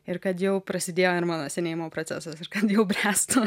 ir kad jau prasidėjo ir mano senėjimo procesas jau bręstu